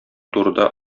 турыда